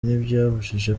ntibyabujije